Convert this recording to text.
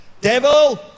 devil